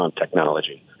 technology